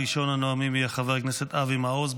ראשון הנואמים יהיה חבר הכנסת אבי מעוז.